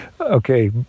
okay